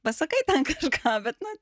pasakai ten kažką bet nu